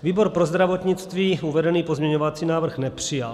Výbor pro zdravotnictví uvedený pozměňovací návrh nepřijal.